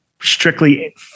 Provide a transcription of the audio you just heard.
strictly